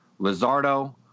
Lizardo